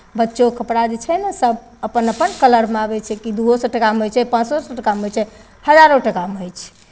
बच्चोके कपड़ा जे छै ने सभ अपन अपन कलरमे अबै छै कि दूओ सए टाकामे होइ छै पाँचो सए टाकामे होइ छै हजारो टाकामे होइ छै